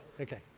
Okay